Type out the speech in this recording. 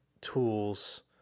tools